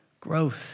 Growth